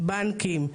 בנקים,